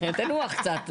תנוח קצת.